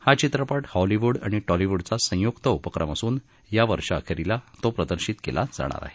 हा चित्रपट हॉलीवुड आणि टॉलीवुडचा संयुक्त उपक्रम असून या वर्षाअखेरीला तो प्रदर्शित केला जाणार आहे